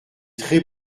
très